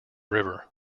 river